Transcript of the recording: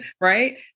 right